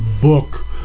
book